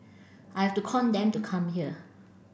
I have to con them to come here